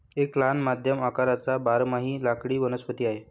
एक लहान मध्यम आकाराचा बारमाही लाकडी वनस्पती आहे